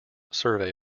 survey